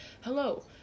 Hello